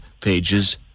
pages